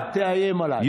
אל תאיים עליי.